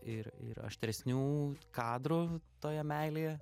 ir ir aštresnių kadrų toje meilėje